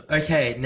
okay